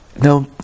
Now